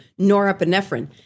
norepinephrine